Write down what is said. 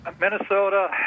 Minnesota